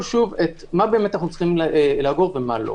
שוב את מה באמת אנו צריכים לאגור ומה לא.